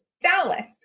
Dallas